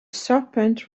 serpent